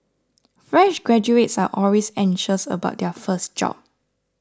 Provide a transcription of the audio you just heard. fresh graduates are always anxious about their first job